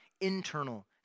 internal